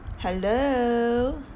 hello